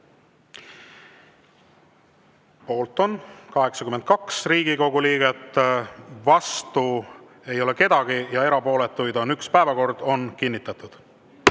Poolt on 82 Riigikogu liiget, vastu ei ole keegi ja erapooletuid on 1. Päevakord on kinnitatud. Ja